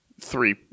three